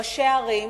ראשי ערים,